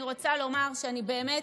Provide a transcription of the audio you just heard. אני רוצה לומר שאני באמת